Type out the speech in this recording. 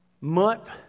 month